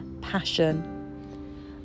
passion